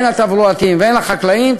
הן התברואתיים והן החקלאיים,